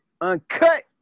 Uncut